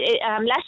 last